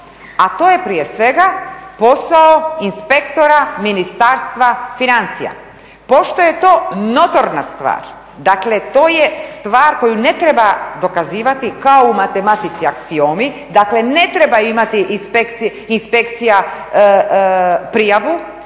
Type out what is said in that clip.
a to je prije svega posao inspektora Ministarstva financija. Pošto je to notorna stvar, dakle to je stvar koju ne treba dokazivati kao u matematici aksiomi, dakle ne treba imati inspekcija prijavu,